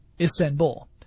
Istanbul